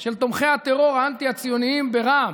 של תומכי הטרור האנטי-ציוניים ברע"מ.